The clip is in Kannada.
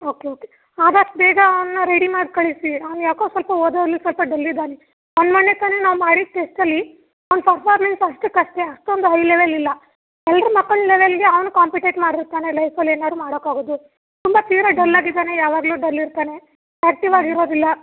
ಓಕೆ ಓಕೆ ಆದಷ್ಟು ಬೇಗ ಅವನ್ನ ರೆಡಿ ಮಾಡಿ ಕಳಿಸಿ ಅವ್ನು ಯಾಕೋ ಸ್ವಲ್ಪ ಓದಲ್ಲಿ ಸ್ವಲ್ಪ ಡಲ್ ಇದ್ದಾನೆ ಮೊನ್ನೆ ಮೊನ್ನೆ ತಾನೇ ನಾವು ಮಾಡಿದ್ದ ಟೆಸ್ಟಲ್ಲಿ ಅವ್ನ ಪರ್ಫಾರ್ಮೆನ್ಸ್ ಅಷ್ಟಕ್ಕಷ್ಟೇ ಅಷ್ಟೊಂದು ಹೈ ಲೆವೆಲ್ ಇಲ್ಲ ಎಲ್ರ ಮಕ್ಳ ಲೆವೆಲ್ಗೆ ಅವನೂ ಕಾಂಪಿಟೇಟ್ ಮಾಡ್ದ್ರೆ ತಾನೇ ಲೈಫಲ್ಲಿ ಏನಾದ್ರೂ ಮಾಡೋಕ್ಕೆ ಆಗೋದು ತುಂಬ ತೀರಾ ಡಲ್ ಆಗಿದ್ದಾನೆ ಯಾವಾಗಲೂ ಡಲ್ ಇರ್ತಾನೆ ಆಕ್ಟಿವ್ ಆಗಿರೋದಿಲ್ಲ